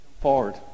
Forward